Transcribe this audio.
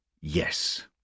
yes